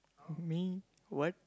me what